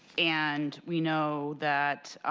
and we know that